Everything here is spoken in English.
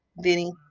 Vinny